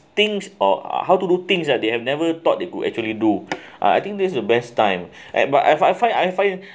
things or how to do things that they have never thought they could actually do uh I think this is the best time and but I've I find